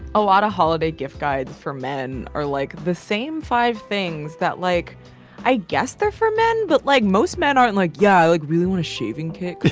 a lot of holiday gift guides for men are like the same five things that like i guess they're for men, but like most men aren't like. yeah i really want a shaving kit